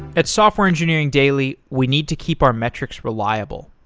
at software engineering daily, we need to keep our metrics reliable.